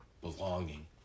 belonging